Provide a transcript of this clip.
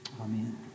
Amen